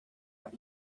what